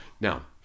Now